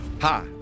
Hi